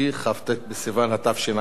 כ"ט בסיוון התשע"ב,